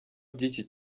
by’iki